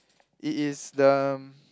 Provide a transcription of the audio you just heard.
it is the